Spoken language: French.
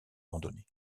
randonnée